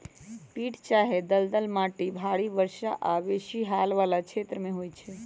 पीट चाहे दलदल माटि भारी वर्षा आऽ बेशी हाल वला क्षेत्रों में होइ छै